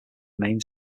main